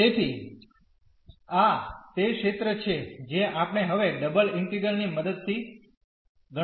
તેથી આ તે ક્ષેત્ર છે જે આપણે હવે ડબલ ઇન્ટિગ્રલ ની મદદથી ગણતરી કરવા જઈ રહ્યા છીએ